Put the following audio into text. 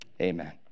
Amen